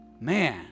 man